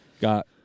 got